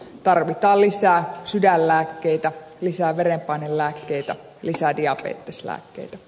tarvitaan lisää sydänlääkkeitä lisää verenpainelääkkeitä lisää diabeteslääkkeitä